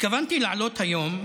התכוונתי לעלות היום,